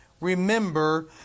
remember